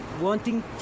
wanting